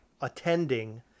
attending